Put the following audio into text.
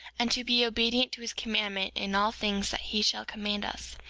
and to be obedient to his commandments in all things that he shall command us,